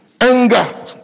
anger